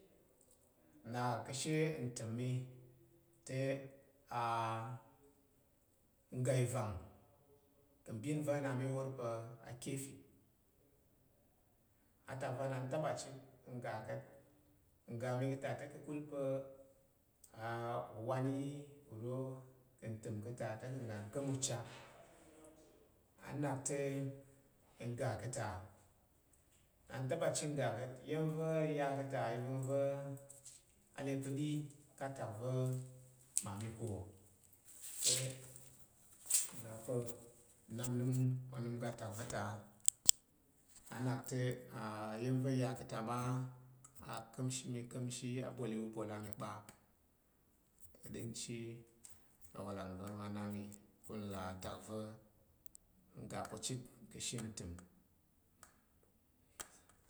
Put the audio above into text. Nna ka̱she ntəm tun ga ivang ka̱’ mbin va̱ na’ mi wor pa̱ akeffi. Atak va na taba chit nga kat. N ga mika̱ ta te ka̱kul pa̱ uwan yi uro ka̱ təm ka̱ ta te n ga n ka̱m ucha. Anak te n ga ka̱ ta. Na n taba chit n ga ka̱t iya̱n va̱ n ya ka̱ ta ivəngva̱ alye pa̱ɗi ka̱tak va̱ mami ko te nna pa̱ nnap nnəm onəm ga tak va̱ ta, anakte iya̱n va̱ n ya ka̱ ta ma’ aka̱mshi mi ka̱mshi, abol iwu bol ami kpa’. N ɗingchi chit ka̱she ntəm.